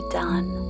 done